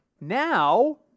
Now